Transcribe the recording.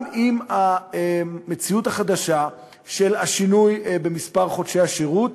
גם עם המציאות החדשה של השינוי במספר חודשי השירות,